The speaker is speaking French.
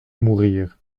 mourir